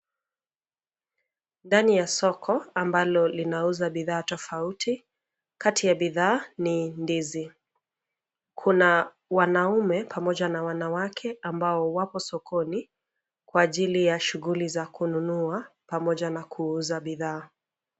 Ndani ya soko, ambalo linauza bidhaa tofauti, kati ya bidhaa, ni ndizi, kuna, wanaume pamoja na wanawake ambao wapo sokoni, kwa ajili ya shughuli za kununua, pamoja na kuuza bidhaa.